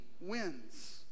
wins